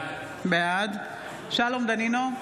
בעד שלום דנינו,